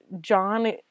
John